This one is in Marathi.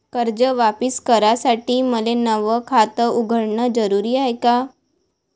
कर्ज वापिस करासाठी मले नव खात उघडन जरुरी हाय का?